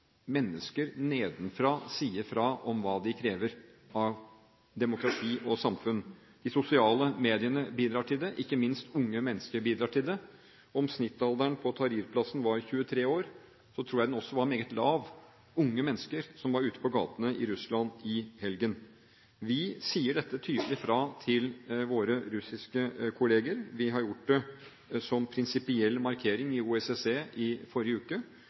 mennesker nedenfra sier fra om hva de krever av demokrati og samfunn. De sosiale mediene bidrar til det, ikke minst unge mennesker bidrar til det. Om snittalderen på Tahrir-plassen var 23 år, tror jeg den også var meget lav blant de unge menneskene som var ute på gatene i Russland i helgen. Vi sier tydelig fra om dette til våre russiske kolleger. Vi gjorde det som en prinsipiell markering i OSSE i forrige uke,